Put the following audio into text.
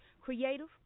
Creative